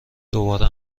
دوباره